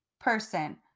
Person